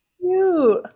cute